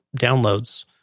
downloads